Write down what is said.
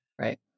Right